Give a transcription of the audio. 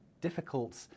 difficult